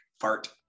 fart